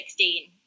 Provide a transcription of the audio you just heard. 2016